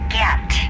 get